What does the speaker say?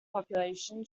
population